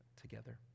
together